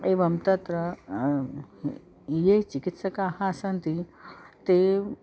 एवं तत्र ये चिकित्सकाः सन्ति ते